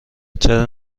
چرا